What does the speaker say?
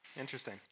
Interesting